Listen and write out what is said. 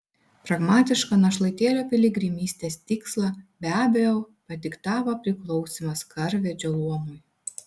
pragmatišką našlaitėlio piligrimystės tikslą be abejo padiktavo priklausymas karvedžio luomui